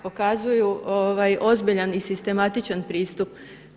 Pokazuju ozbiljan i sistematičan pristup.